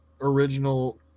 original